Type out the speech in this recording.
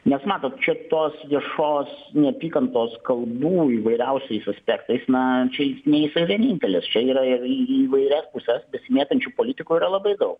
nes matot čia tos viešos neapykantos kalbų įvairiausiais aspektais na čia jis ne jisai vienintelis čia yra ir į įvairias puses besimėtančių politikų yra labai daug